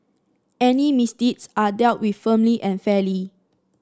any misdeeds are dealt with firmly and fairly